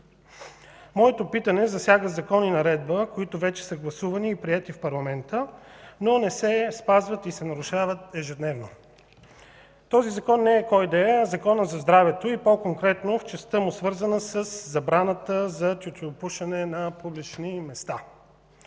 Моето питане засяга Закон и Наредба, които вече са гласувани и приети в парламента, но не се спазват и се нарушават ежедневно. Този Закон не е кой да е, а Законът за здравето и по-конкретно в частта му, свързана със забраната за тютюнопушене на публични места.